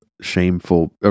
shameful